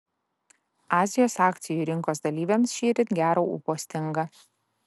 azijos akcijų rinkos dalyviams šįryt gero ūpo stinga